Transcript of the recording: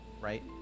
right